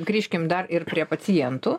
grįžkim dar ir prie pacientų